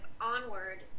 onward